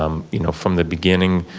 um you know from the beginning,